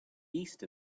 east